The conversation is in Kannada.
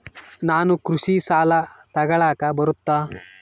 ನಾನು ಕೃಷಿ ಸಾಲ ತಗಳಕ ಬರುತ್ತಾ?